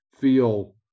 feel